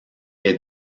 est